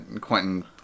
Quentin